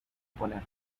poner